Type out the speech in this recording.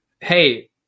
Hey